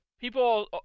People